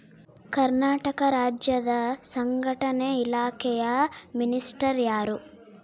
ಕರ್ನಾಟಕ ರಾಜ್ಯದ ಸಂಘಟನೆ ಇಲಾಖೆಯ ಮಿನಿಸ್ಟರ್ ಯಾರ್ರಿ?